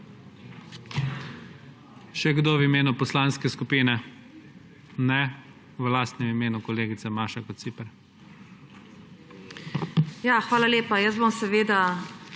Še kdo v imenu poslanske skupine? (Ne.) V lastnem imenu kolegica Maša Kociper.